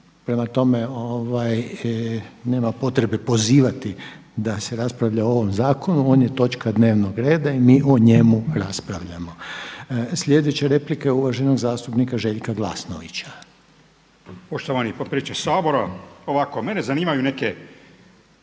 Prema tome, nema potrebe pozivati da se raspravlja o ovom zakonu, on je točka dnevnog reda i mi o njemu raspravljamo. Sljedeća replika je uvaženog zastupnika Željka Glasnovića. **Glasnović, Željko (Nezavisni)**